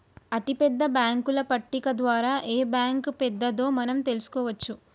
అతిపెద్ద బ్యేంకుల పట్టిక ద్వారా ఏ బ్యాంక్ పెద్దదో మనం తెలుసుకోవచ్చు